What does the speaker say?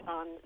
on